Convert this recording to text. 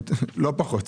לא פחות.